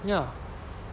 ya